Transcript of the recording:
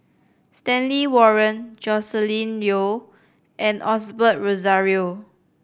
Stanley Warren Joscelin Yeo and Osbert Rozario